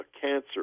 cancer